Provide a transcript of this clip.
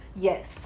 Yes